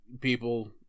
people